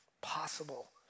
possible